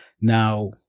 Now